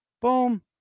Boom